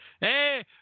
Hey